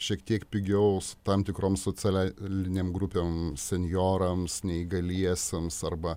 šiek tiek pigiau tam tikroms socialiai linėm grupėm senjorams neįgaliesiems arba